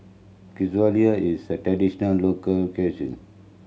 is traditional local cuisine